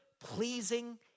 pleasing